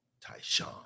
tyshawn